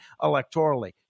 electorally